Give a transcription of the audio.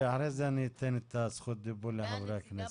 ואחרי זה אתן את זכות הדיבור לחברי הכנסת.